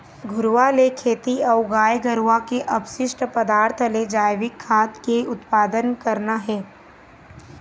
घुरूवा ले खेती अऊ गाय गरुवा के अपसिस्ट पदार्थ ले जइविक खाद के उत्पादन करना हे